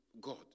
God